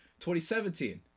2017